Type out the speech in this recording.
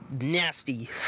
nasty